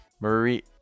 Marie